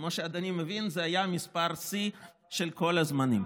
כמו שאדוני מבין, זה היה מספר שיא של כל הזמנים.